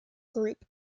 group